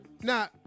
Now